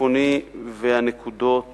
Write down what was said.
הצפוני והנקודות